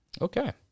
Okay